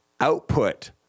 output